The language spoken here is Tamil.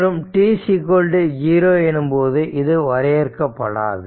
மற்றும் tt0 எனும்போது இது வரையறுக்கப்படாது